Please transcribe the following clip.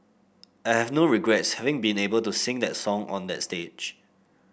I have no regrets having been able to sing that song on that stage